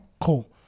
cool